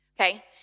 okay